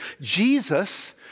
Jesus